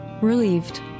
Relieved